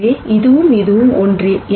எனவே இதுவும் இதுவும் ஒன்றே